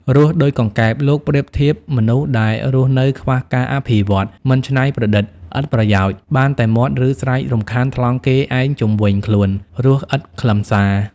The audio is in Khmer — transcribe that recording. រស់ដូចកង្កែប លោកប្រៀបធៀបមនុស្សដែលរស់នៅខ្វះការអភិវឌ្ឍ មិនច្នៃប្រឌិត ឥតប្រយោជន៍ បានតែមាត់ឬស្រែករំខានថ្លង់គេឯងជុំវិញខ្លួន រស់ឥតខ្លឹមសារ។